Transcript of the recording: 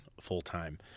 full-time